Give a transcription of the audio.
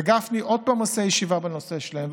וגפני עושה עוד פעם ישיבה בנושא שלהם,